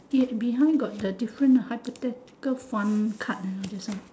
be~ behind got the different hypothetical fun card ah just now